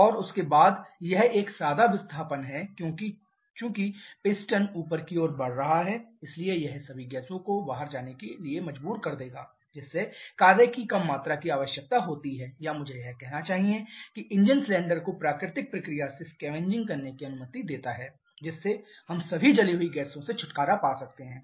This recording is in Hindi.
और उसके बाद यह एक सादा विस्थापन है क्योंकि चूंकि पिस्टन ऊपर की ओर बढ़ रहा है इसलिए यह सभी गैसों को बाहर जाने के लिए मजबूर कर देगा जिससे कार्य की कम मात्रा की आवश्यकता होती है या मुझे यह कहना चाहिए कि इंजन सिलेंडर को प्राकृतिक प्रक्रिया से स्कैवेंजिंग करने की अनुमति देता है जिससे हम सभी जली हुई गैसों से छुटकारा पा सकते हैं